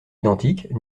identiques